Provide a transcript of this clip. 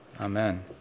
Amen